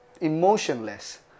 emotionless